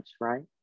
Right